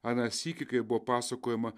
aną sykį kai buvo pasakojama